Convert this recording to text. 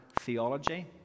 theology